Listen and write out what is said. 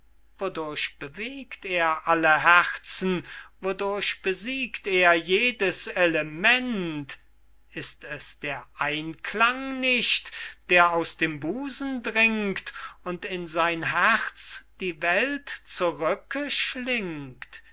wodurch bewegt er alle herzen wodurch besiegt er jedes element ist es der einklang nicht der aus dem busen dringt und in sein herz die welt zurücke schlingt